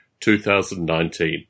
2019